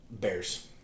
Bears